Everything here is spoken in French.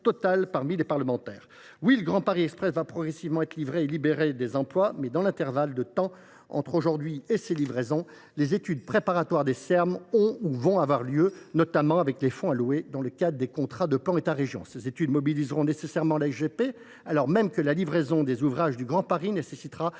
le Grand Paris Express sera progressivement livré, ce qui libérera des emplois. Mais, dans l’intervalle de temps qui nous sépare de ces livraisons, les études préparatoires des Serm vont avoir lieu, notamment au moyen des fonds alloués dans le cadre des contrats de plan État région. Ces études mobiliseront nécessairement la SGP, alors même que la livraison des ouvrages du Grand Paris nécessitera la plus grande attention